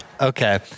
Okay